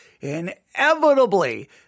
inevitably